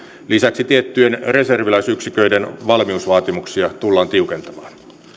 lisäksi tiettyjen reserviläisyksiköiden valmiusvaatimuksia tullaan tiukentamaan